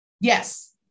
Yes